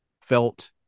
felt